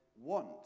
want